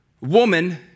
woman